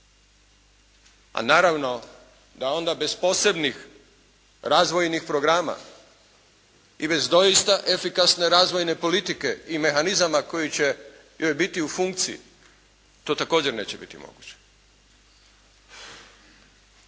A naravno da onda bez posebnih razvojnih programa i bez doista efikasne razvojne politike i mehanizama koji će joj biti u funkciji to također neće biti moguće.